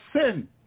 sin